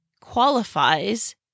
qualifies